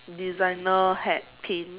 designer hat pin